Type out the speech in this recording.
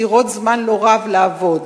ומותירות זמן לא רב לעבוד.